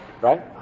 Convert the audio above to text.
right